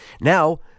Now